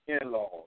in-laws